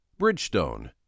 Bridgestone